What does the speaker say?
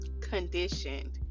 conditioned